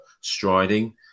striding